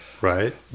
Right